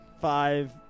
five